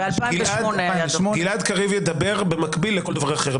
גלעד קריב ידבר במקביל לכל דובר אחר...